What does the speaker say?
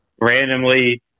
randomly